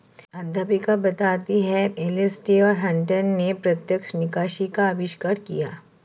अध्यापिका बताती हैं एलेसटेयर हटंन ने प्रत्यक्ष निकासी का अविष्कार किया